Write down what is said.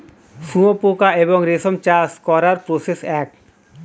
শুয়োপোকা এবং রেশম চাষ করার প্রসেস এক